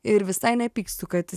ir visai nepykstu kad